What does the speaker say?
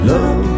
Love